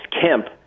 Kemp